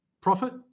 profit